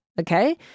Okay